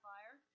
Fire